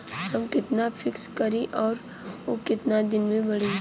हम कितना फिक्स करी और ऊ कितना दिन में बड़ी?